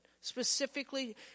specifically